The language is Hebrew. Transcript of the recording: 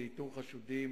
לאיתור חשודים,